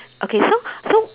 okay so so